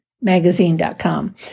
Magazine.com